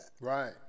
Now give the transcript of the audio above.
Right